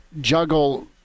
juggle